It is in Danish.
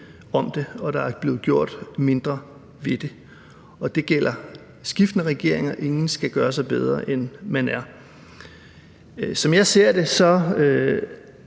om det, og at der er blevet gjort mindre ved det, og det gælder skiftende regeringer. Ingen skal gøre sig bedre, end de er. Som jeg ser det, er